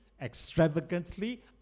extravagantly